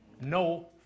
No